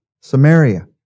Samaria